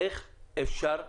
איך אפשר לוודא,